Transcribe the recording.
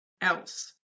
else